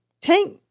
Tank